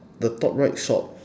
the top right shop